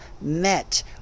Met